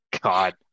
God